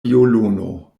violono